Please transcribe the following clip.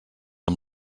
amb